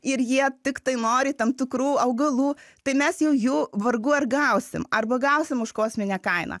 ir jie tiktai nori tam tikrų augalų tai mes jau jų vargu ar gausim arba gausim už kosminę kainą